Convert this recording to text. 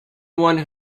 one